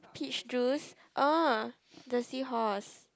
peach juice oh the seahorse